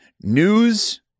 news